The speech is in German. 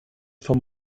vom